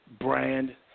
brand